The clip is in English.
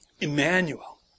Emmanuel